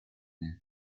there